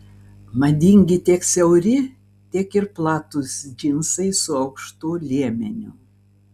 madingi tiek siauri tiek ir platūs džinsai su aukštu liemeniu